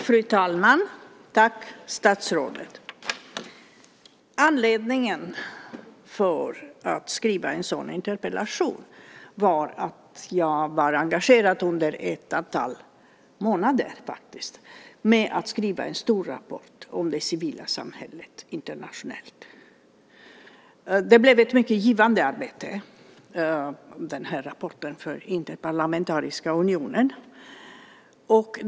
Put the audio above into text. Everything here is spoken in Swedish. Fru talman! Tack statsrådet. Anledningen till att skriva en sådan interpellation var att jag under ett antal månader var engagerad med att skriva en stor rapport om det civila samhället internationellt. Denna rapport för den interparlamentariska unionen blev ett mycket givande arbete.